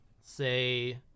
say